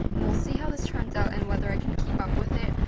and we'll see how this turns out, and whether i can keep up with it,